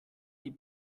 die